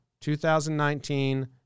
2019